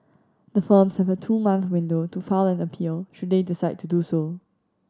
the firms have a two month window to file an appeal should they decide to do so